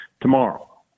tomorrow